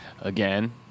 Again